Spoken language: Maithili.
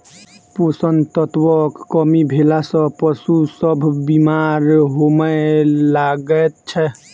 पोषण तत्वक कमी भेला सॅ पशु सभ बीमार होमय लागैत छै